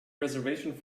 reservation